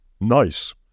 Nice